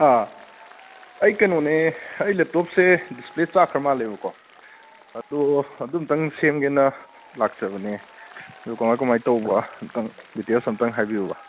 ꯑꯥ ꯑꯩ ꯀꯩꯅꯣꯅꯦ ꯑꯩ ꯂꯦꯞꯇꯣꯞꯁꯦ ꯗꯤꯁꯄ꯭ꯂꯦ ꯆꯥꯛꯈ꯭ꯔꯕ ꯃꯥꯜꯂꯦꯕꯀꯣ ꯑꯗꯣ ꯑꯗꯨ ꯑꯃꯨꯛꯇꯪ ꯁꯦꯝꯒꯦꯅ ꯂꯥꯛꯆꯕꯅꯦ ꯑꯗꯨ ꯀꯃꯥꯏ ꯀꯃꯥꯏꯅ ꯇꯧꯕ ꯑꯃꯨꯛꯇꯪ ꯗꯤꯇꯦꯜꯁ ꯑꯃꯨꯛꯇꯪ ꯍꯥꯏꯕꯤꯌꯨꯕ